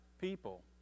people